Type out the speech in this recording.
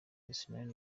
arsenal